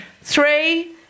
Three